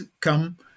come